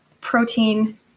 protein